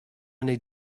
need